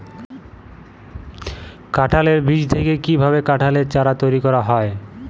কাঁঠালের বীজ থেকে কীভাবে কাঁঠালের চারা তৈরি করা হয়?